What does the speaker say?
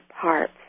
parts